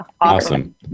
awesome